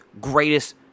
greatest